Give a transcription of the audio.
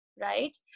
right